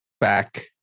back